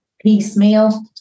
piecemeal